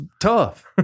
tough